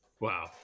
Wow